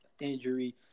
injury